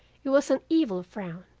it was an evil frown,